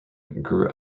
grew